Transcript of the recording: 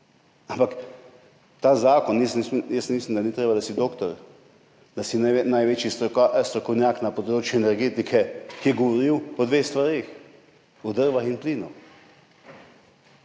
ampak ta zakon, jaz mislim, da ni treba, da si doktor, da si največji strokovnjak na področju energetike, ki je govoril o dveh stvareh, o drveh in plinu.